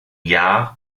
jahr